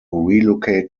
relocate